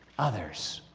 others,